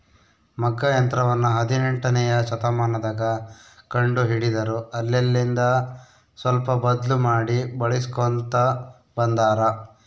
ಮಗ್ಗ ಯಂತ್ರವನ್ನ ಹದಿನೆಂಟನೆಯ ಶತಮಾನದಗ ಕಂಡು ಹಿಡಿದರು ಅಲ್ಲೆಲಿಂದ ಸ್ವಲ್ಪ ಬದ್ಲು ಮಾಡಿ ಬಳಿಸ್ಕೊಂತ ಬಂದಾರ